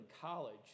college